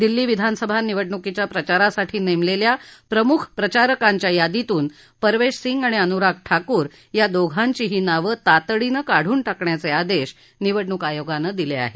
दिल्ली विधानसभा निवडणूकीच्या प्रचारासाठी नेमलेल्या प्रमुख प्रचारकांच्या यादीतून परवेश सिंग आणि अनुराग ठाकुर या दोघांचीही नावे तातडीने काढून टाकण्याचे आदेश निवडणूक आयोगानं दिलं आहे